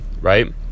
right